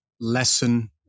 lesson